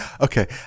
Okay